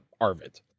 Arvid